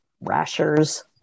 rashers